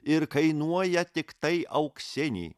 ir kainuoja tiktai auksinį